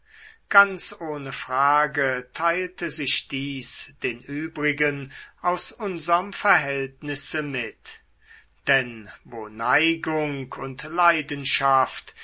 ganz ohne frage teilte sich dies den übrigen aus unserm verhältnisse mit denn wo neigung und leidenschaft